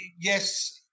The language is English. yes